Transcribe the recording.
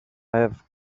have